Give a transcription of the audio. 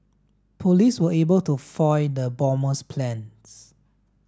police were able to foil the bomber's plans